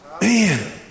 Man